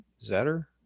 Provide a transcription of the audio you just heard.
Zetter